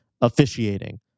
officiating